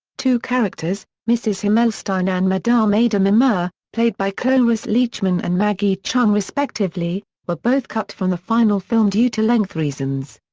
two characters, mrs. himmelstein and madame ada mimieux, played by cloris leachman and maggie cheung respectively, were both cut from the final film due to length reasons.